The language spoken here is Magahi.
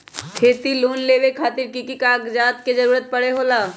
खेती लोन लेबे खातिर की की कागजात के जरूरत होला?